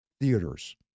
theaters